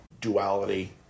duality